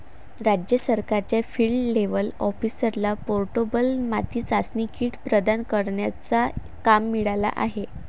राज्य सरकारच्या field level ऑफिसरला पोर्टेबल माती चाचणी किट प्रदान करण्याचा काम मिळाला आहे